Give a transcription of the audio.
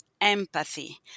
empathy